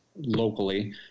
locally